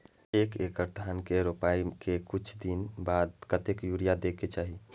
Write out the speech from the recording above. एक एकड़ धान के रोपाई के कुछ दिन बाद कतेक यूरिया दे के चाही?